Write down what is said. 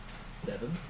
Seven